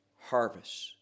harvest